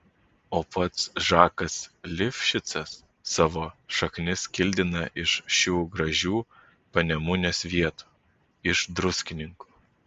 o pats žakas lifšicas savo šaknis kildina iš šių gražių panemunės vietų iš druskininkų